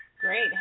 Great